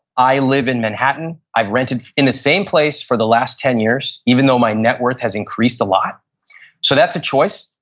i live in manhattan, i've rented in the same place for the last ten years, even though my net worth has increased a lot so that's a choice.